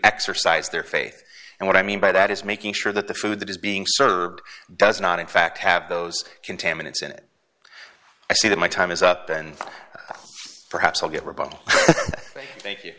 exercise their faith and what i mean by that is making sure that the food that is being served does not in fact have those contaminants in it i see that my time is up and perhaps i'll get rebuttal thank you